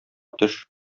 төш